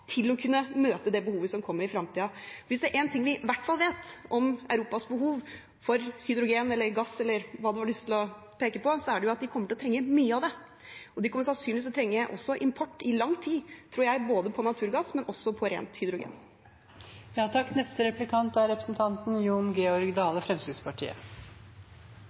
til å kunne møtet det behovet som kommer i fremtiden. Hvis det er én ting vi i hvert fall vet om Europas behov for hydrogen eller gass – eller hva man har lyst til å peke på – så er det at de kommer til å trenge mye av det. De kommer sannsynligvis også til å trenge import i lang tid, tror jeg, av naturgass, men også